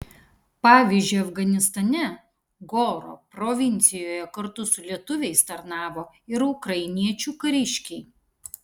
pavyzdžiui afganistane goro provincijoje kartu su lietuviais tarnavo ir ukrainiečių kariškiai